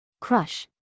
crush